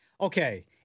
okay